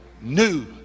new